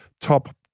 top